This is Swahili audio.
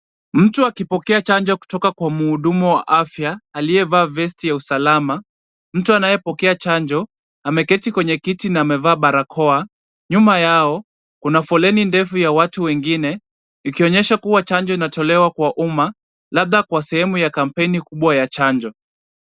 Mtu akipokea chanjo kutoka kwa mhudumu wa afya aliyevaa vesti ya usalama. Mtu anayepokea chanjo ameketi kwenye kiti na amevaa barakoa. Nyuma yao kuna foleni ndefu ya watu wengine, ikionyesha kuwa chanjo inatolewa kwa umma, labda kwa sehemu ya kampeni kubwa ya chanjo.